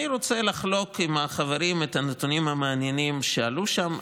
אני רוצה לחלוק עם החברים את הנתונים המעניינים שעלו שם.